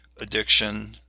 addiction